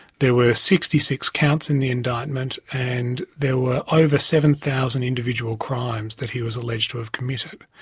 there were sixty six counts in the indictment and there were over seven thousand individual crimes that he was alleged to have committed.